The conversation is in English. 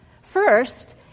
First